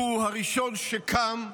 שהוא הראשון שקם,